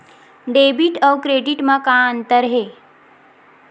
Debit अउ credit म का अंतर हे?